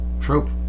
trope